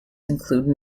include